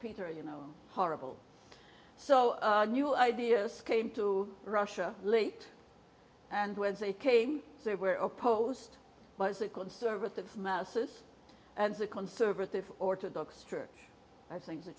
peter you know horrible so new ideas came to russia late and whence they came they were opposed bicycle service to the masses and the conservative orthodox church i think the